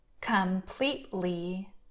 completely